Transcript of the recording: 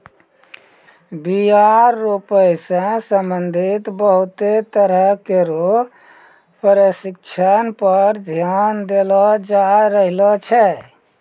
बीया रोपै सें संबंधित बहुते तरह केरो परशिक्षण पर ध्यान देलो जाय रहलो छै